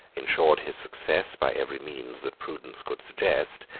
insured his success by every means that prudence could suggest,